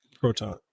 proton